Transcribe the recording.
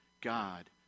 God